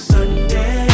Sunday